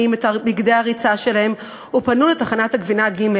את בגדי הריצה שלהם ופנו לתחנת הגבינה ג',